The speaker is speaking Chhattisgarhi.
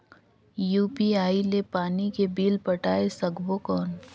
यू.पी.आई ले पानी के बिल पटाय सकबो कौन?